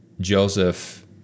Joseph